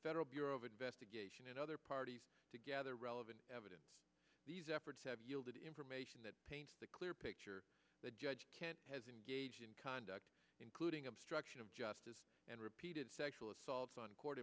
federal bureau of investigation and other parties together relevant evidence these efforts have yielded information that paints the clear picture the judge can't has engaged in conduct including obstruction of justice and repeated sexual assaults on court